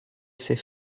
sait